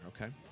Okay